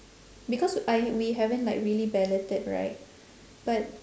because I we haven't like really balloted right but